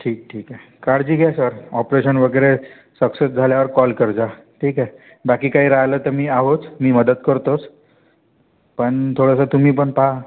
ठीक ठीक आहे काळजी घ्या सर ऑपरेशन वगैरे सक्सेस झाल्यावर कॉल करजा ठीक आहे बाकी काय राहलं तर मी आहोत मी मदत करतोच पण थोडंसं तुम्ही पण पहा